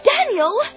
Daniel